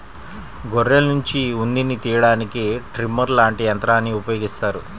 గొర్రెల్నుంచి ఉన్నిని తియ్యడానికి ట్రిమ్మర్ లాంటి యంత్రాల్ని ఉపయోగిత్తారు